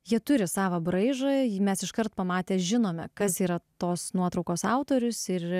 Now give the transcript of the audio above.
jie turi savą braižą jį mes iškart pamatę žinome kas yra tos nuotraukos autorius ir